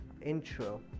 intro